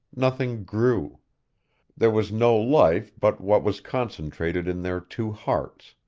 nothing grew there was no life but what was concentrated in their two hearts